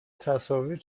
تصاویر